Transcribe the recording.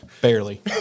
Barely